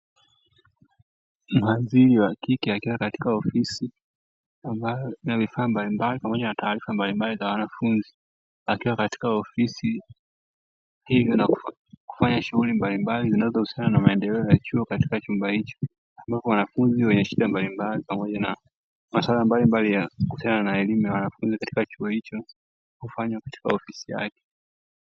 Mhadhiri wa kike akiwa katika ofisi, ambayo ina vifaa mbalimbali pamoja na taarifa mbalimbali za wanafunzi, akiwa katika ofisi hiyo na kufanya shughuli mbalimbali zinazohusiana na maendeleo ya chuo katika chumba hicho. Ambapo wanafunzi wenye shida mbalimbali pamoja na masuala mbalimbali ya kuhusiana na elimu ya wanafunzi, katika chuo hicho hufanywa katika ofisi yake.